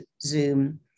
Zoom